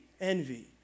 envy